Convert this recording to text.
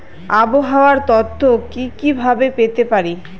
আবহাওয়ার তথ্য কি কি ভাবে পেতে পারি?